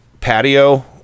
patio